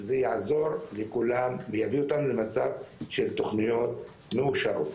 זה יעזור לכולם ויביא אותנו למצב של תוכניות מאושרות.